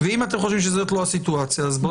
ואם אתם חושבים שזו לא הסיטואציה אז בואו נגיד את זה.